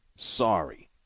Sorry